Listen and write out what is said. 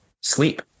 Sleep